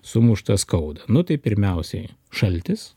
sumušta skauda nu tai pirmiausiai šaltis